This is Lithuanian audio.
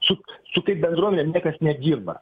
suk su kaip bendruomene niekas nedirba